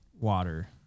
water